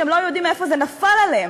שהם לא היו יודעים מאיפה זה נפל עליהם,